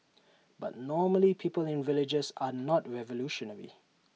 but normally people in villages are not revolutionary